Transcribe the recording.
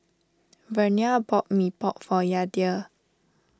Vernia bought Mee Pok for Yadiel